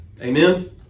Amen